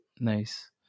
nice